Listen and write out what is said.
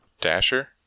Dasher